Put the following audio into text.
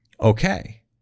Okay